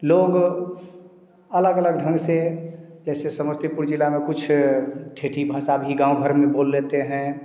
लोग अलग अलग ढंग से जैसे समस्तीपुर जिला में कुछ ठेठी भाषा भी गाँव भर में बोल लेते हैं